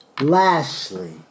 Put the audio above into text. Lashley